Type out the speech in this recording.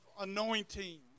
anointing